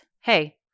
hey